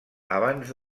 abans